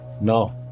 No